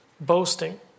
boasting